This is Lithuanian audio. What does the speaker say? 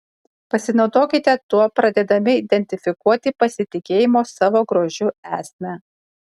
pasinaudokite tuo pradėdami identifikuoti pasitikėjimo savo grožiu esmę